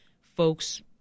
folks